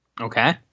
Okay